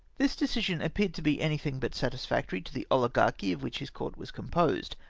this decision a peared to be anything but satis factory to the ohgarchy of which his court was com posed,